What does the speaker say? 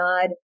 nod